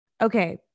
Okay